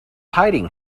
hiding